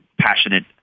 passionate